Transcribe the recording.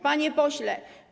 Panie Pośle!